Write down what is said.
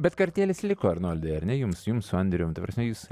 bet kartėlis liko arnoldai ar ne jums jums su andrium ta prasme jūs